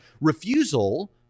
refusal